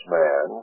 man